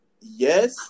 Yes